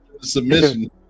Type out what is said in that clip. submission